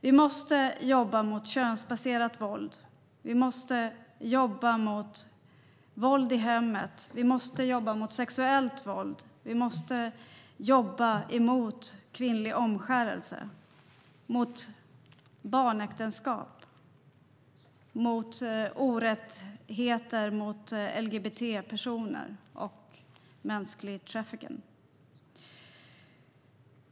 Vi måste jobba mot könsbaserat våld. Vi måste jobba mot våld i hemmet. Vi måste jobba mot sexuellt våld. Vi måste jobba mot kvinnlig omskärelse, mot barnäktenskap, mot orättvisor som drabbar hbtq-personer och mot mänsklig trafficking.